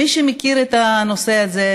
מי שמכיר את הנושא הזה,